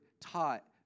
taught